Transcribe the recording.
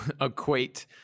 equate